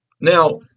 Now